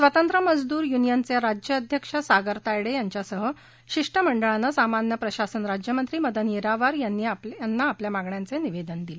स्वतंञ मजदुर युनियनचे राज्य अध्यक्ष सागर तायडे यांच्यासह शिष्टमंडळानं सामान्य प्रशासन राज्यमंत्री मदन येरावर यांना आपल्या मागण्यांचे निवेदन दिलं